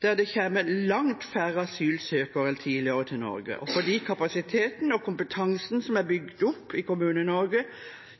det kommer langt færre asylsøkere enn tidligere til Norge, og fordi kapasiteten og kompetansen som er bygd opp i Kommune-Norge,